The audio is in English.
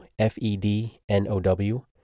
FEDNOW